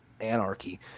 anarchy